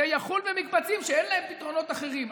זה יחול במקבצים שאין להם פתרונות אחרים.